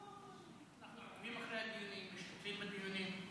אנחנו ח"כים רציניים.